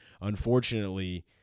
unfortunately